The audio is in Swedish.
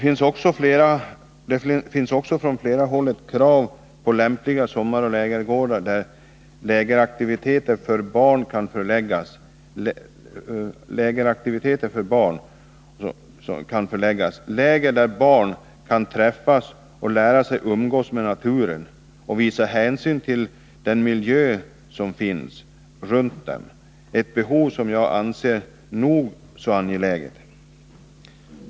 Från flera håll framförs också krav på lämpliga sommaroch lägergårdar när det gäller lägeraktiviteter för barn. Det behövs läger där barn kan träffas och lära sig att umgås med naturen och att visa hänsyn till den miljö som finns runt dem, ett behov som jag anser vara nog så angeläget.